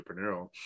entrepreneurial